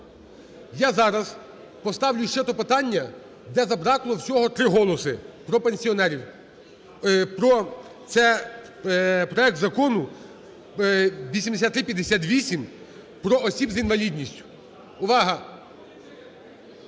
Я зараз поставлю ще те питання, де забракло всього три голоси, про пенсіонерів, це проект Закону 8358 про осіб з інвалідністю, увага.